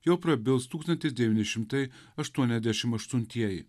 jau prabils tūkstantis devyni šimtai aštuoniasdešim aštuntieji